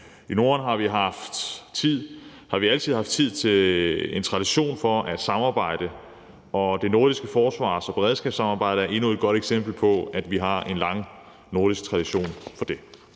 I Norden har vi altid haft tid til og tradition for at samarbejde, og det nordiske forsvars- og beredskabssamarbejde er endnu et godt eksempel på, at vi har en lang nordisk tradition for det.